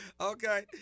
Okay